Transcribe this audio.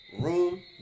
room